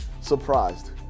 surprised